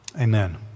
Amen